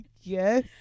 Yes